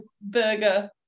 burger